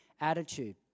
attitude